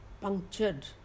punctured